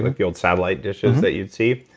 like the old satellite dishes that you'd see,